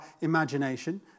imagination